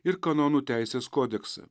ir kanonų teisės kodeksą